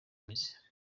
mizi